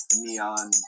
neon